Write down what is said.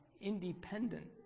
independent